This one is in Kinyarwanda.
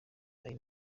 ari